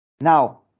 now